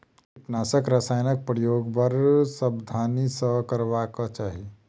कीटनाशक रसायनक प्रयोग बड़ सावधानी सॅ करबाक चाही